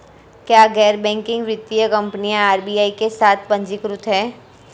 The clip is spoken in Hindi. क्या गैर बैंकिंग वित्तीय कंपनियां आर.बी.आई के साथ पंजीकृत हैं?